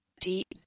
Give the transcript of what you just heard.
deep